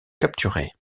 capturer